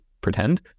pretend